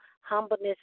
Humbleness